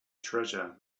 treasure